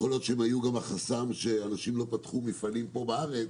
יכול להיות שהם היו גם החסם שאנשים לא פתחו מפעלים פה בארץ